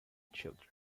children